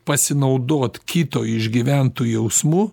pasinaudot kito išgyventu jausmu